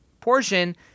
portion